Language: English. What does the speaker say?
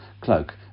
cloak